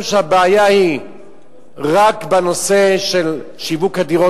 שהבעיה היא רק בנושא של שיווק הדירות,